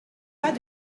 pas